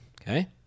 Okay